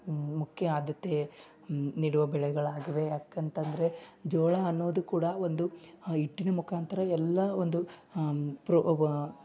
ಮುಖ್ಯ ಆದ್ಯತೆ ನೀಡುವ ಬೆಳೆಗಳಾಗಿವೆ ಯಾಕಂತಂದರೆ ಜೋಳ ಅನ್ನೋದು ಕೂಡ ಒಂದು ಹಿಟ್ಟಿನ ಮುಖಾಂತರ ಎಲ್ಲ ಒಂದು ಪ್ರೊ